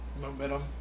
momentum